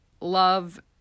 love